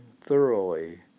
thoroughly